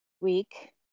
week